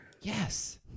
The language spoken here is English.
Yes